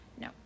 No